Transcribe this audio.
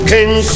King